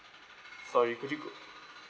sorry could you go